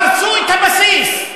הרסו את הבסיס,